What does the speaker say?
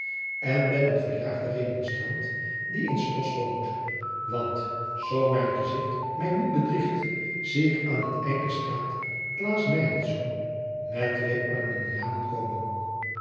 en ben een verjaagde remonstrant die in s bosch woon want zoo mijn gezicht mij niet bedriegt zie ik aan het eind der straat klaas meinertz met twee arminianen komen